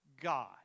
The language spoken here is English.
God